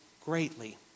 greatly